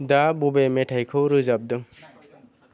दा बबे मेथाइखौ रोजाबदों